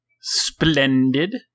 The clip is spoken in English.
Splendid